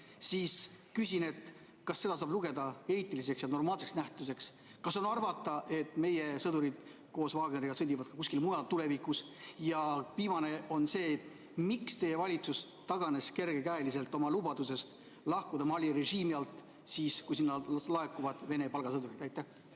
siis küsin, kas seda saab lugeda eetiliseks ja normaalseks nähtuseks. Kas on arvata, et meie sõdurid koos Wagneriga sõdivad tulevikus ka kuskil mujal? Viimane küsimus on see: miks teie valitsus taganes kergekäeliselt oma lubadusest lahkuda Mali režiimi [toetamast] siis, kui sinna laekuvad Vene palgasõdurid? Suur